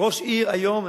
ראש עיר היום,